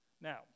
now